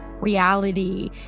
reality